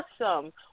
Awesome